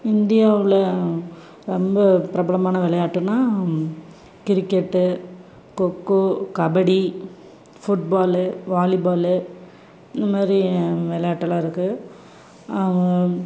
இந்தியாவில் ரொம்ப பிரபலமான விளையாட்டுனா cricket kho kho kabaddi football volleyball இந்த மாதிரி விளையாட்டலாம் இருக்குது